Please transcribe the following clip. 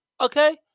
Okay